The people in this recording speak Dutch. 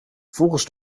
volgens